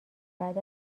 بعد